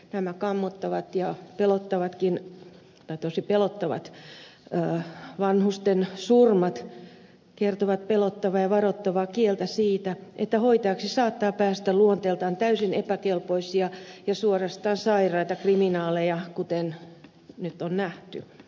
nämä kammottavat ja tosi pelottavat vanhusten surmat kertovat pelottavaa ja varoittavaa kieltä siitä että hoitajaksi saattaa päästä luonteeltaan täysin epäkelpoisia ja suorastaan sairaita kriminaaleja kuten nyt on nähty